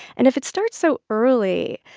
and if it starts so early,